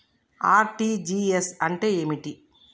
RTGS అంటే ఏమిటి?